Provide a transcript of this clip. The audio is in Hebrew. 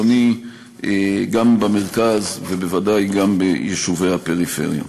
שוויוני גם במרכז ובוודאי גם ביישובי הפריפריה.